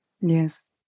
Yes